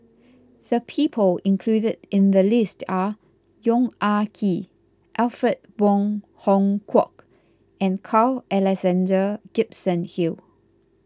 the people included in the list are Yong Ah Kee Alfred Wong Hong Kwok and Carl Alexander Gibson Hill